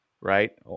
right